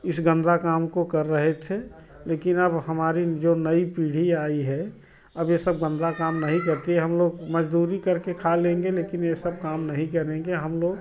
इस गंदा काम को कर रहे थे लेकिन अब हमारी जो नई पीढ़ी आई है अब ये सब गंदा काम नहीं करती हम लोग मजदूरी करके खा लेंगे लेकिन ये सब काम नहीं करेंगे हम लोग